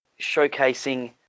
showcasing